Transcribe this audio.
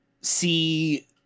see